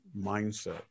mindset